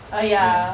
uh ya